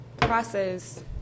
process